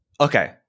okay